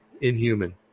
inhuman